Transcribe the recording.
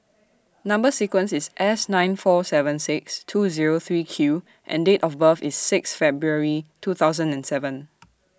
Number sequence IS S nine four seven six two Zero three Q and Date of birth IS six February two thousand and seven